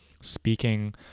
speaking